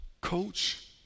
Coach